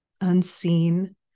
unseen